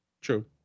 True